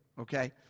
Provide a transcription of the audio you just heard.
okay